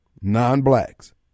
non-blacks